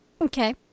Okay